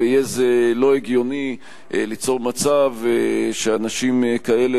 ויהיה זה לא הגיוני ליצור מצב שאנשים כאלה